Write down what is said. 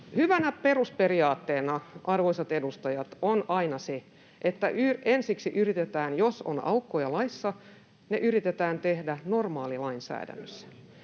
hyvänä perusperiaatteena, arvoisat edustajat, on aina se, että jos on aukkoja laissa, ne yritetään ensiksi tehdä normaalilainsäädännössä.